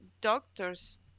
doctors